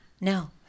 No